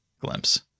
glimpse